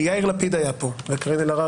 כי יאיר לפיד היה פה וקארין אלהרר